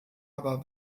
aber